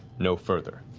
no further.